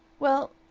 well,